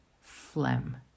phlegm